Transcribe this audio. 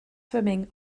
swimming